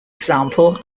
example